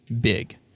big